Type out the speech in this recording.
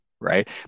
right